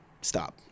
Stop